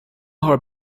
her